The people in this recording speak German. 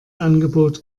angebot